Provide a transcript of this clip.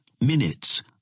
Minutes